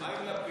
מה עם לפיד?